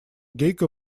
гейка